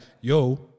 yo